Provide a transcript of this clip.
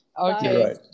Okay